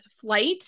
flight